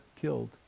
killed